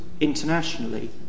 internationally